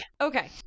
Okay